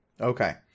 Okay